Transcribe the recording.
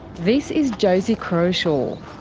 this is josie crawshaw.